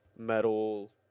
metal